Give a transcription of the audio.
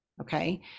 Okay